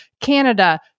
Canada